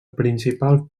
principal